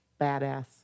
Badass